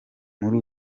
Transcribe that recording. muri